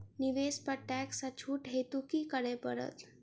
निवेश पर टैक्स सँ छुट हेतु की करै पड़त?